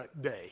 Day